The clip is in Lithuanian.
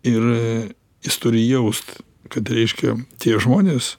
ir jis turi jaust kad reiškia tie žmonės